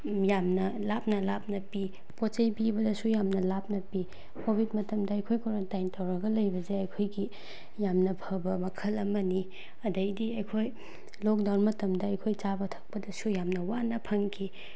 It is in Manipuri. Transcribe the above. ꯌꯥꯝꯅ ꯂꯥꯞꯅ ꯂꯥꯞꯅ ꯄꯤ ꯄꯣꯠ ꯆꯩ ꯄꯤꯕꯗꯁꯨ ꯌꯥꯝꯅ ꯂꯥꯞꯅ ꯄꯤ ꯀꯣꯚꯤꯠ ꯃꯇꯝꯗ ꯑꯩꯈꯣꯏ ꯀꯣꯔꯟꯇꯥꯏꯟ ꯇꯧꯔꯒ ꯂꯩꯕꯁꯦ ꯑꯩꯈꯣꯏꯒꯤ ꯌꯥꯝꯅ ꯐꯕ ꯃꯈꯜ ꯑꯃꯅꯤ ꯑꯗꯩꯗꯤ ꯑꯩꯈꯣꯏ ꯂꯣꯛꯗꯥꯎꯟ ꯃꯇꯝꯗ ꯑꯩꯈꯣꯏ ꯆꯥꯕ ꯊꯛꯄꯗꯁꯨ ꯌꯥꯝꯅ ꯋꯥꯅ ꯐꯪꯈꯤ